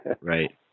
right